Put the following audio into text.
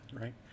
Right